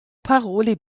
paroli